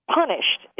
punished